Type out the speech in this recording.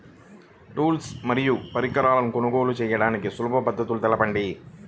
Tools మరియు పరికరాలను కొనుగోలు చేయడానికి సులభ పద్దతి తెలపండి?